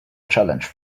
challenge